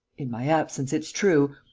in my absence, it's true.